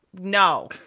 no